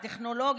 הטכנולוגיות,